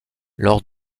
lors